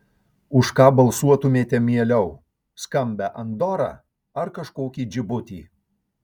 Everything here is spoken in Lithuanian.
už ką balsuotumėte mieliau skambią andorą ar kažkokį džibutį